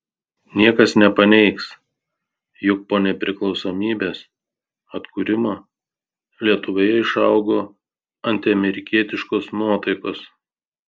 niekas nepaneigs jog po nepriklausomybės atkūrimo lietuvoje išaugo antiamerikietiškos nuotaikos